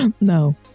no